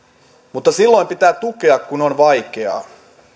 mutta silloin pitää tukea kun on vaikeaa